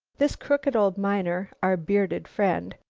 this crooked old miner, our bearded friend,